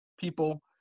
people